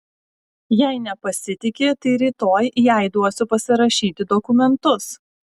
jei nepasitiki tai rytoj jai duosiu pasirašyti dokumentus